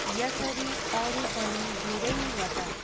यसरी अरू पनि धेरैवटा